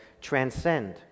transcend